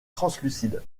translucide